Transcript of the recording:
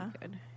good